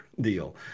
deal